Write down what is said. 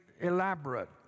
elaborate